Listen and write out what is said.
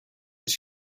its